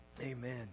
Amen